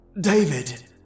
David